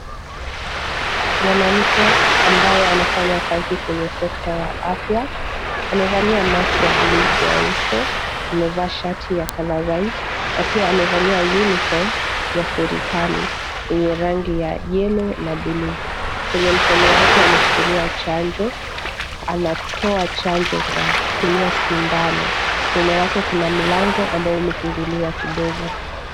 Mwanamke ambaye anafanya kazi kwenye sekta ya afya amevalia maski ya buluu kwa uso amevaa shati ya colour white na amevalia uniform ya serikali yenye rangi ya yellow na blue . Kwenye mkono wake ameshikilia chanjo, anatoa chanjo kwa kutumia sindano. Nyuma yake kuna mlango ambao umefunguliwa kidogo.